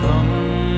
Come